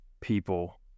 people